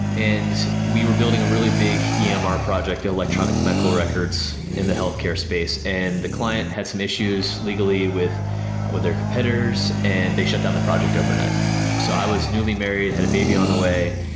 and we were building a really big yeah emr project electronic medical records in the healthcare space, and the client had some issues legally with with their competitors and they shut down the project overnight so i was newly married, had a baby on the way,